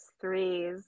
threes